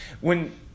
when-